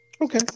Okay